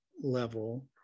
level